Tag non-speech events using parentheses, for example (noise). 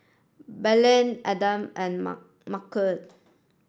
Blaine Adam and Mar (unintelligible)